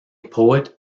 poet